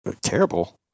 Terrible